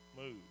move